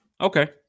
Okay